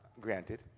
granted